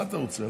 מה אתה רוצה?